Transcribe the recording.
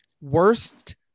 worst